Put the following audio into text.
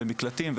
מקלטים,